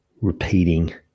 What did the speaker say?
repeating